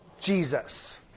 Jesus